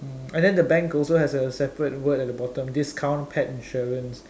mm and then the bank also has a separate word at the bottom discount pet insurance